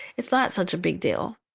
it's not such a big deal